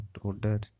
order